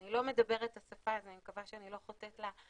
אני לא מדברת את השפה אז אני מקווה שאני לא חוטאת לתכנים,